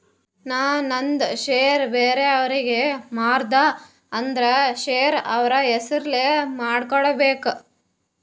ನಾ ನಂದ್ ಶೇರ್ ಬ್ಯಾರೆ ಅವ್ರಿಗೆ ಮಾರ್ದ ಅಂದುರ್ ಶೇರ್ ಅವ್ರ ಹೆಸುರ್ಲೆ ಮಾಡ್ಕೋಬೇಕ್